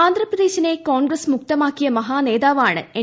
ആന്ധ്രാപ്രദേശിനെ കോൺഗ്രസ്സ് മുക്തമാക്കിയ മഹാനേതാവാണ് എൻ